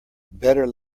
better